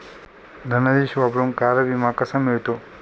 धनादेश वापरून कार विमा कसा मिळतो?